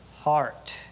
heart